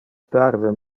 parve